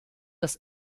das